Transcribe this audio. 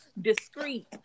discreet